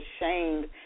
ashamed